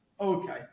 okay